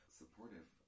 supportive